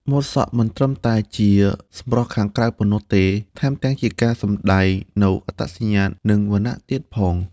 ម៉ូតសក់មិនត្រឹមតែជាសម្រស់ខាងក្រៅប៉ុណ្ណោះទេ ថែមទាំងជាការសម្ដែងនូវអត្តសញ្ញាណ និងឋានៈទៀតផង។